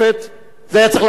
זה היה צריך לעלות ביום ראשון.